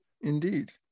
Indeed